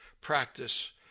practice